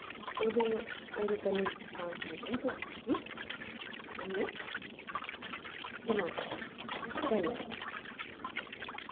ओह्दे ओह्दे कन्नै प्रचार करदे ऐं ते असी बी कन्नै बनाने आं धन्यबाद